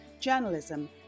journalism